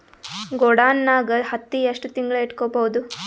ಗೊಡಾನ ನಾಗ್ ಹತ್ತಿ ಎಷ್ಟು ತಿಂಗಳ ಇಟ್ಕೊ ಬಹುದು?